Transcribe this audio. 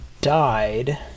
died